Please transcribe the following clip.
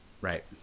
right